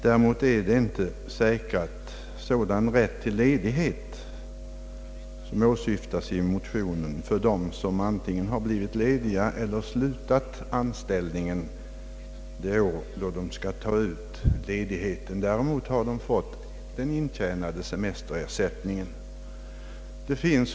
Däremot är sådan rätt till ledighet som åsyftas i motionen inte säkrad för dem som blivit lediga eller slutat anställning det år då de skall ta ut semesterledigheten. De har i stället fått den intjänade semesterersättningen.